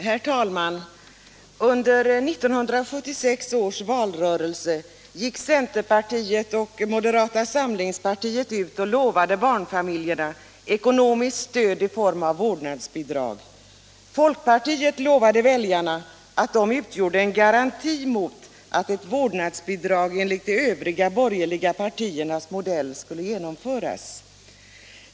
Herr talman! Under 1976 års valrörelse lovade centerpartiet och moderata samlingspartiet barnfamiljerna ekonomiskt stöd i form av vårdnadsbidrag. Folkpartiets representanter lovade väljarna att de utgjorde en garanti mot att ett vårdnadsbidrag enligt de övriga borgerliga partiernas modell skulle genomföras.